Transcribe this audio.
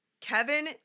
Kevin